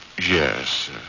Yes